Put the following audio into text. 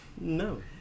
No